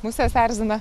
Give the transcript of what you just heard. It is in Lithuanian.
musės erzina